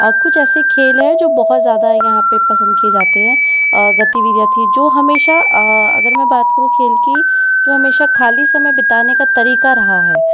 कुछ ऐसे खेल हैं जो बहुत ज़्यादा यहाँ पर पसंद किए जाते हैं गतिविधियां थी जो हमेशा अगर मैं बात करूँ खेल की जो हमेशा खाली समय बिताने का तरीका रहा है